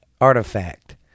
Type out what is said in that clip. artifact